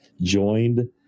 joined